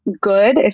good